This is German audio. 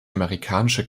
amerikanische